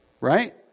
Right